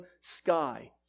sky